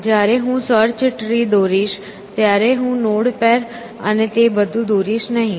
જ્યારે હું search tree દોરીશ ત્યારે હું નોડ પેર અને તે બધું દોરીશ નહીં